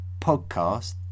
Podcast